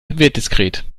wertdiskret